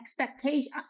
expectation